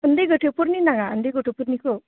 उन्दै गथ'फोरनि नाङा उन्दै गथ'फोरनिखौ